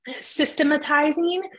systematizing